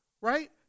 Right